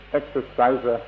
exercise